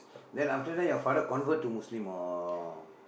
then after that your father convert to Muslim orh